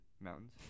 Mountains